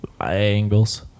Angles